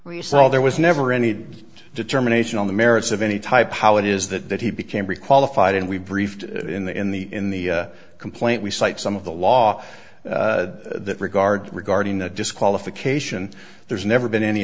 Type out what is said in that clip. where you saw there was never any determination on the merits of any type how it is that that he became pre qualified and we briefed in the in the in the complaint we cite some of the law that regard regarding the disqualification there's never been any